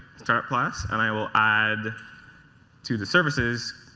startup class. and i will add to the services.